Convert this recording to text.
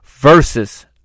Versus